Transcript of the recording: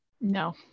No